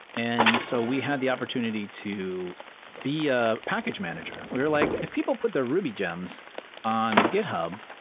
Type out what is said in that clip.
and so we had the opportunity to be ah package manager. we're like, if people put their ruby gems on github,